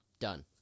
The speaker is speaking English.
done